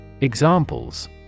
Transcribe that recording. Examples